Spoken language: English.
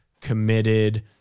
committed